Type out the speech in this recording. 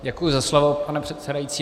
Děkuji za slovo, pane předsedající.